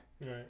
Right